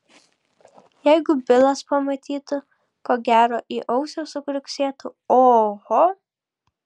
jeigu bilas pamatytų ko gero į ausį sukriuksėtų oho